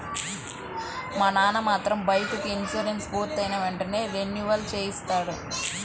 మా నాన్న మాత్రం బైకుకి ఇన్సూరెన్సు పూర్తయిన వెంటనే రెన్యువల్ చేయిస్తాడు